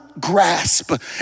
grasp